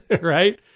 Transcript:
right